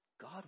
God